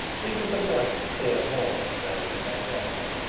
it was a bright clear morning, though in november,